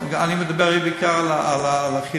אני מדבר בעיקר על האכילה.